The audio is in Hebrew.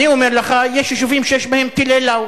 אני אומר לך שיש יישובים שיש בהם טילי "לאו".